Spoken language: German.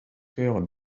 hören